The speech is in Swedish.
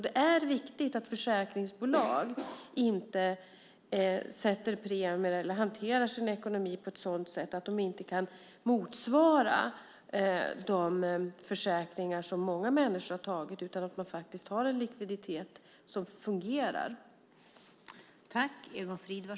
Det är viktigt att försäkringsbolag inte sätter premier eller hanterar sin ekonomi på ett sådant sätt att de inte kan motsvara de försäkringar som många människor har tagit utan har en likviditet som fungerar.